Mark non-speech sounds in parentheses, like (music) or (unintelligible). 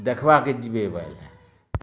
ଦେଖ୍ବାକେ ଯିବେ (unintelligible)